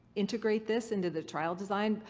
integrate this into the trial design,